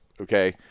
Okay